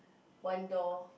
one door